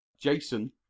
Jason